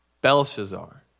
Belshazzar